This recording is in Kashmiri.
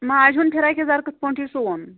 ماجہِ ہُنٛد فِراکھ یَزار کِتھٕ پٲٹھۍ چھُے سُوُن